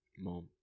Mom